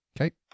Okay